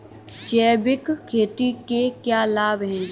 जैविक खेती के क्या लाभ हैं?